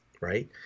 right